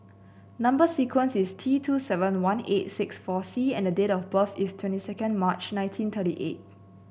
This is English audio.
number sequence is T two seven one eight nine six four C and date of birth is twenty second March nineteen thirty eight